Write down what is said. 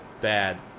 bad